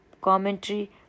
commentary